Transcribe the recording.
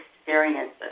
experiences